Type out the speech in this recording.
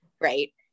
right